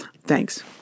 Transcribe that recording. Thanks